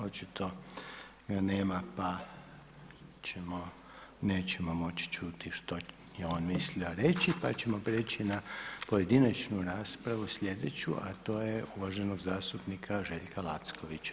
Očito ga nema, pa nećemo moći čuti što je on mislio reći, pa ćemo prijeći na pojedinačnu raspravu sljedeću, a to je uvaženog zastupnika Željka Lackovića.